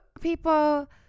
people